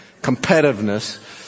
competitiveness